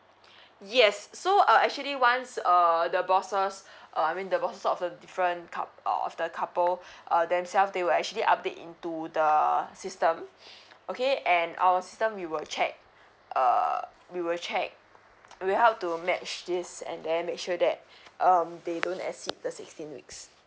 yes so uh actually once uh the bosses uh I mean the bosses of a different cou~ of the couple uh themselves they will actually update into the system okay and our system we will check uh we will check we help to match this and then make sure that um they don't exceed the sixteen weeks